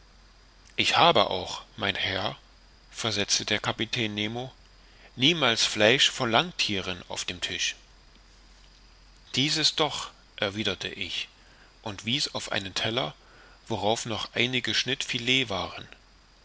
ich habe auch mein herr versetzte der kapitän nemo niemals fleisch von landthieren auf dem tisch dieses doch erwiderte ich und wies auf einen teller worauf noch einige schnitt filet waren